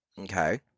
Okay